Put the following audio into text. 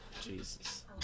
Jesus